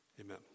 amen